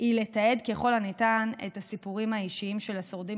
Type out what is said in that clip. היא לתעד ככל הניתן את הסיפורים האישיים של השורדים